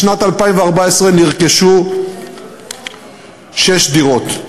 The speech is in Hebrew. בשנת 2014 נרכשו שש דירות.